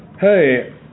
Hey